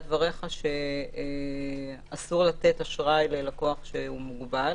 דבריך שאסור לתת אשראי ללקוח שהוא מוגבל,